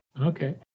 Okay